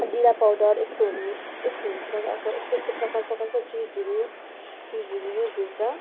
जिरा पाउडर यस्तोहरू यस्तोहरू प्र अब यस्तो यस्तो प्रकार प्रकारको चिजहरू चिजहरू युज हुन्छ